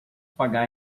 pagar